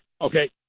okay